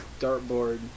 dartboard